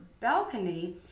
balcony